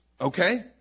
okay